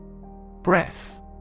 Breath